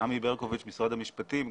עמי ברקוביץ ממשרד המשפטים,